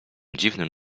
dziwnym